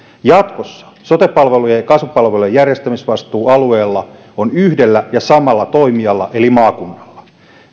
jatkossa sote palvelujen ja kasvupalvelujen järjestämisvastuu alueella on yhdellä ja samalla toimijalla eli maakunnalla